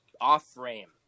off-frame